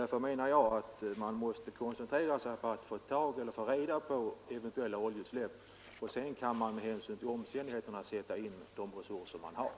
Därför menar jag att man måste koncentrera sig på att upptäcka eventuella oljeutsläpp, och sedan kan man med hänsyn till omständigheterna sätta in de resurser man har.